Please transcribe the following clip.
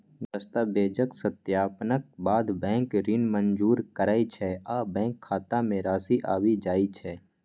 दस्तावेजक सत्यापनक बाद बैंक ऋण मंजूर करै छै आ बैंक खाता मे राशि आबि जाइ छै